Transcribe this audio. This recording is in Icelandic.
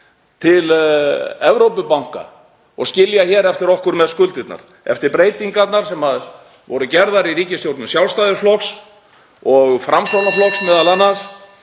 til Evrópubanka og skilja eftir okkur með skuldirnar. Eftir breytingarnar sem voru gerðar í ríkisstjórn Sjálfstæðisflokks og Framsóknarflokks m.a.